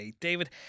David